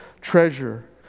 treasure